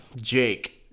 Jake